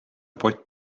pott